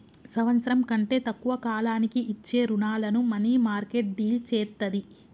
సంవత్సరం కంటే తక్కువ కాలానికి ఇచ్చే రుణాలను మనీమార్కెట్ డీల్ చేత్తది